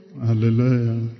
Hallelujah